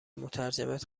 مترجمت